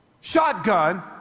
shotgun